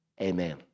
Amen